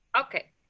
Okay